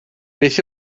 beth